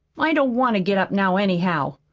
i don't want to get up now, anyhow.